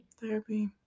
therapy